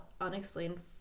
unexplained